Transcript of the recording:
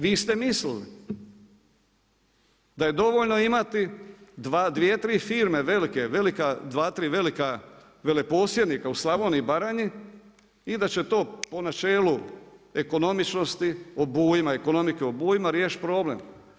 Vi ste mislili da je dovoljno imati 2, 3 firme, velika veleposjednika u Slavoniji i Baranji i da će to po načelu ekonomičnosti, obujma, ekonomike obujma riješiti problem.